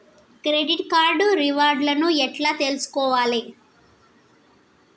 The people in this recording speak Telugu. క్రెడిట్ కార్డు రివార్డ్ లను ఎట్ల తెలుసుకోవాలే?